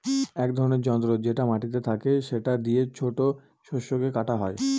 এক ধরনের যন্ত্র যেটা মাটিতে থাকে সেটা দিয়ে ছোট শস্যকে কাটা হয়